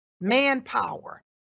manpower